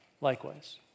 likewise